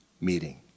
meeting